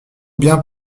bien